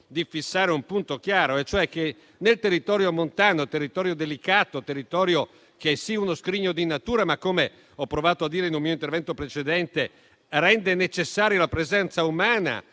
di fissare un punto chiaro: il territorio montano, territorio delicato, è sì uno scrigno di natura ma, come ho provato a dire in un mio intervento precedente, rende necessaria la presenza umana